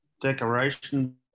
decoration